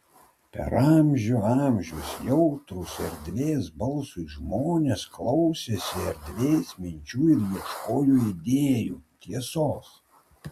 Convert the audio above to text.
per amžių amžius jautrūs erdvės balsui žmonės klausėsi erdvės minčių ir ieškojo idėjų tiesos